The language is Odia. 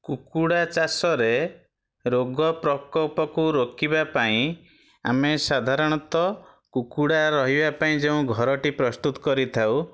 କୁକୁଡ଼ା ଚାଷରେ ରୋଗ ପ୍ରକୋପକୁ ରୋକିବା ପାଇଁ ଆମେ ସାଧାରଣତଃ କୁକୁଡ଼ା ରହିବା ପାଇଁ ଯେଉଁ ଘରଟି ପ୍ରସ୍ତୁତ କରିଥାଉ